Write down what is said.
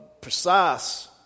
precise